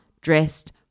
dressed